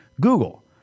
Google